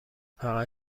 فقط